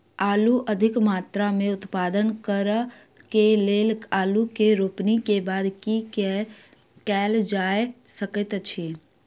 आलु अधिक मात्रा मे उत्पादन करऽ केँ लेल आलु केँ रोपनी केँ बाद की केँ कैल जाय सकैत अछि?